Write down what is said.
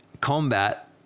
combat